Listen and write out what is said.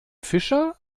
fischer